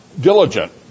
diligent